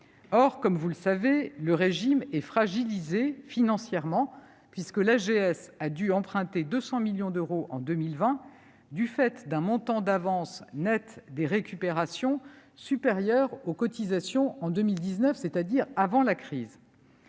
Or, comme vous le savez, le régime est fragilisé financièrement, puisqu'il a dû emprunter 200 millions d'euros en 2020, du fait d'un montant d'avances net des récupérations supérieur aux cotisations en 2019, c'est-à-dire avant la crise.